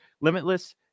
Limitless